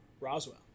Roswell